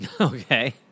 Okay